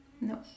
No